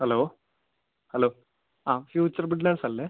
hello hello ആ future ബിൽഡേർസല്ലേ